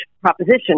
proposition